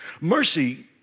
Mercy